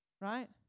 right